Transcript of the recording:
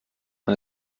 man